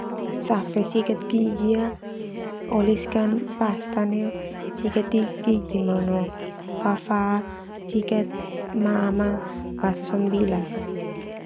Safe sikat gigi ah, oleskan pasta ah, sikat gigi ma no fafah, sikat mam ah, basa sono bilas.